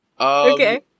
Okay